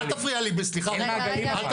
אל תפריע לי, סליחה.